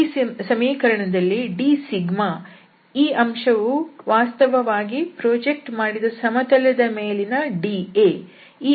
ಈ ಸಮೀಕರಣದಲ್ಲಿ d ಈ ಅಂಶವು ವಾಸ್ತವವಾಗಿ ಪ್ರಾಜೆಕ್ಟ್ ಮಾಡಿದ ಸಮತಲದ ಮೇಲಿರುವ dA ಈ ಅಂಶಕ್ಕೆ ನೇರವಾಗಿ ಸಂಬಂಧಿಸಿದೆ